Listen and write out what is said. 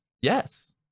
Yes